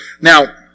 Now